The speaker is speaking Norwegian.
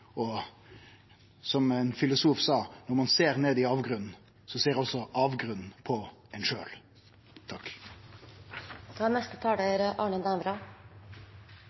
Og som ein filosof sa: Når ein ser ned i avgrunnen, ser avgrunnen på ein sjølv. Jeg er verken gammel advokat eller gammel filosof, men jeg er